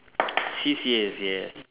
C_C_As yes